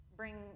bring